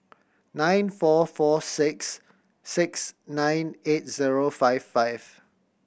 nine four four six six nine eight zero five five